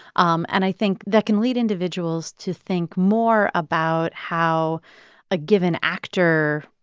um and i think that can lead individuals to think more about how a given actor,